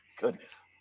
goodness